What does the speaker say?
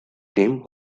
name